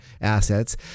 assets